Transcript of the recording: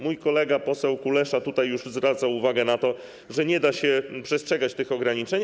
Mój kolega poseł Kulesza już zwracał tutaj uwagę na to, że nie da się przestrzegać tych ograniczeń.